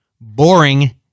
boring